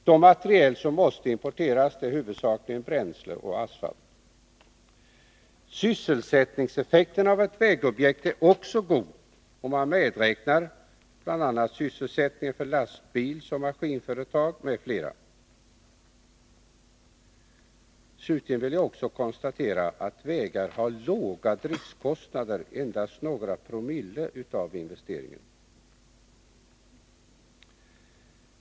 De material som måste importeras är huvudsakligen bränsle och asfalt. Sysselsättningseffekten av ett vägobjekt är också god, om man medräknar bl.a. sysselsättningen för lastbilsoch maskinföretag m.fl. Slutligen vill jag också konstatera att vägar har låga driftkostnader — endast några promille av investeringen.